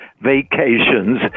vacations